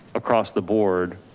across the board,